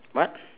what